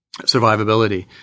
survivability